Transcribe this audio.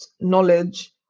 knowledge